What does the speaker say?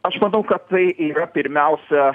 aš manau kad tai yra pirmiausia